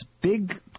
big